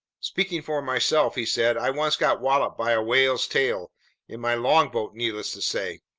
speaking for myself, he said, i once got walloped by a whale's tail in my longboat, needless to say.